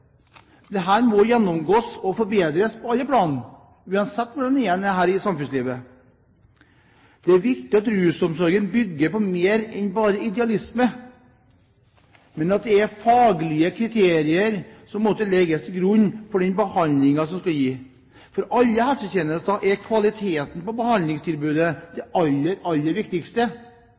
alle plan, uansett hvor man er i samfunnslivet. Det er viktig at rusomsorgen bygger på mer enn bare idealisme, og at det er faglige kriterier som må legges til grunn for den behandlingen man skal gi. For alle helsetjenestene er kvaliteten på behandlingstilbudet det aller, aller viktigste.